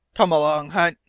come along, hunt,